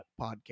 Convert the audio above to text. Podcast